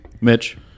Mitch